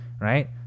right